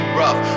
rough